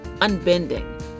unbending